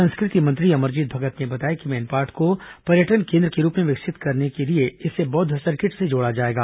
संस्कृति मंत्री अमरजीत भगत ने बताया कि मैनपाट को पर्यटन के रूप में विकसित करने के लिए इसे बौद्व सर्किट से जोड़ा जाएगा